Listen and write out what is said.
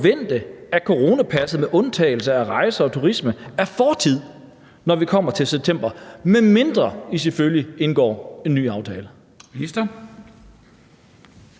at coronapasset, med undtagelser som rejse og turisme, er fortid, når vi kommer til september, medmindre, selvfølgelig, at I indgår en ny aftale? Kl.